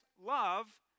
love